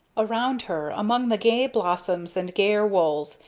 around her, among the gay blossoms and gayer wools,